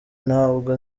ntabwo